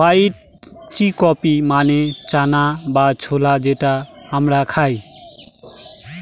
white chickpea মানে চানা বা ছোলা যেটা আমরা খায়